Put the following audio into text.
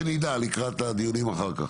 שנדע לקראת הדיונים אחר כך.